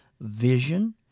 vision